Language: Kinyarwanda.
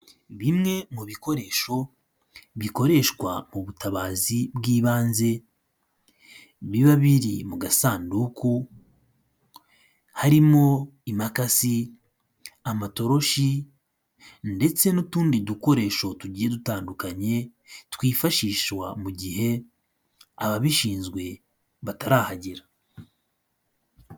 Bimwe mu bikoresho bikoreshwa mu butabazi bw'ibanze biba biri mu gasanduku harimo imakasi, amatoroshi ndetse n'utundi dukoresho tugiye dutandukanye twifashishwa mu gihe ababishinzwe batarahagera.